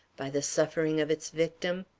by the suffering of its victim?